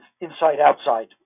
inside-outside